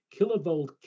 kilovolt